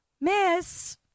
Miss